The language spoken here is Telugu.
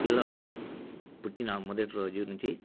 పిల్లవాడు పుట్టిన మొదటి రోజు నుంచి